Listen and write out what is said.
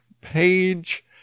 page